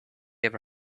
ever